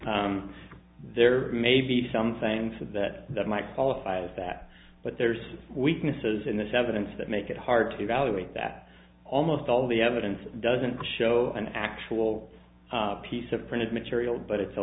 there may be something so that might qualify as that but there's weaknesses in this evidence that make it hard to evaluate that almost all the evidence doesn't show an actual piece of printed material but it's a